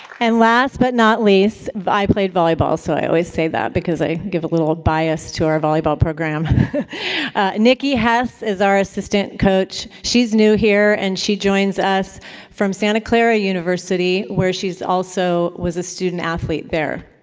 and last but not least i played volleyball, so i always say that, because i give a little bias to our volleyball program nikki hess is our assistant coach. she's new here, and she joins us from santa clara university, where she's also was a student athlete there.